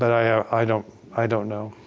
i don't i don't know.